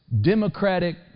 democratic